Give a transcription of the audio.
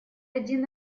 один